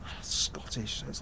Scottish